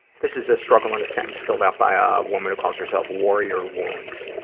this is a struggle in a sentence filled out by ah a woman who calls herself warrior wounds.